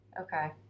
Okay